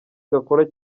gakora